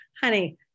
honey